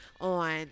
on